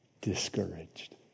discouraged